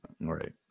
Right